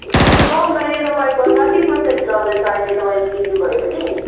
discount गरेर भएको thirty percent चल्दैछ अहिले तपाईँले लिनुभयो भने